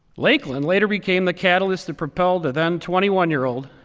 lakeland later became the catalyst that propelled a then twenty one year old